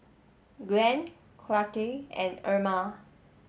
Glenn Clarke and Erma